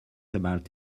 about